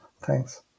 thanks